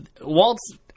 Walt's